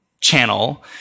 channel